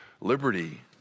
liberty